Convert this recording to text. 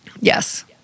Yes